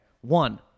One